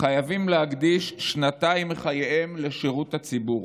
חייבים להקדיש שנתיים מחייהם לשירות הציבור,